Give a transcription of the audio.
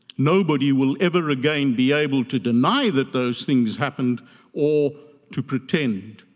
nobody will ever again be able to deny that those things happened or to pretend